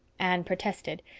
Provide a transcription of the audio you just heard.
anne protested.